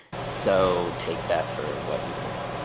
so take that for what you will.